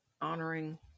honoring